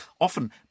often